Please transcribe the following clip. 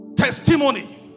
testimony